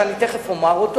שאני תיכף אומר מהו,